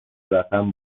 رقم